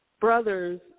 brothers